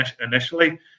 initially